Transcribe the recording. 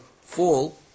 fall